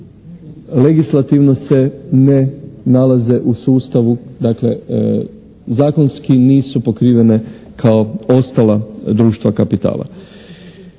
legislativno se ne nalaze u sustavu dakle zakonski nisu pokrivene kao ostala društva kapitala.